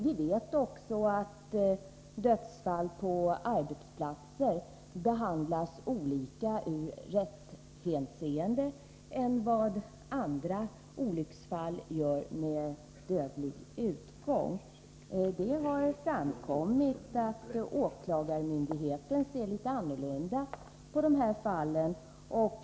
Vi vet också att dödsfall på arbetsplatser behandlas olika i rättshänseende jämfört med andra olycksfall med dödlig utgång. Det har framkommit att åklagarmyndigheten ser litet annorlunda på de här fallen.